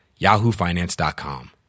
yahoofinance.com